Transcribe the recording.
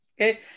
Okay